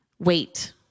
wait